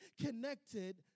connected